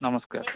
ନମସ୍କାର